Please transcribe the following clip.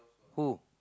who